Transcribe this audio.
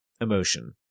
emotion